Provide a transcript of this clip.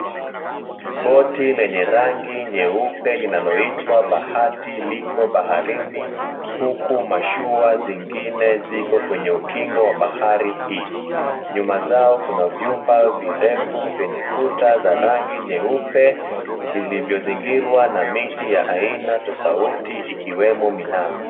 Boti lenye rangi nyeupe linaloitwa Bahati liko baharini huku mashua zingine ziko kwenye ukingo wa bahari hi, nyuma zao kuna vyumba virefu vyenye kuta za rangi nyeupe vilivyozingirwa na miti ya aina tofauti ikiwemo minazi.